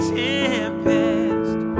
tempest